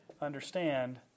understand